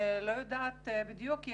אני לא יודעת בדיוק.